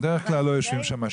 בדרך כלל לא יושבים שם עשירים.